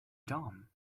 done